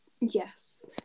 Yes